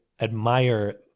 admire